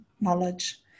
knowledge